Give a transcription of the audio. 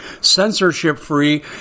censorship-free